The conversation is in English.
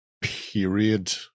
period